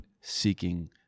seeking